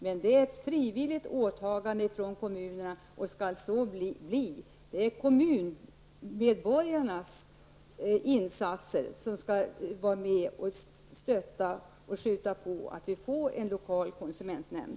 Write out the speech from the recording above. Men det är ett frivilligt åtagande från kommunerna sida, och skall så förbli. Det är kommunmedborgarna som med sina insatser skall stötta och skjuta på här, så att vi får en lokal konsumentnämnd.